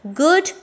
good